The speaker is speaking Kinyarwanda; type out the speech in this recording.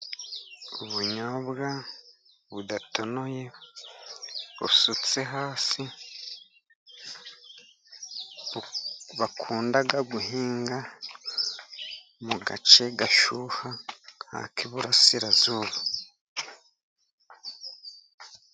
Ubunyobwa budatonoye busutse hasi, bakunda guhinga mu gace gashyuha nk'ak'iburasirazuba.